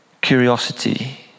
Curiosity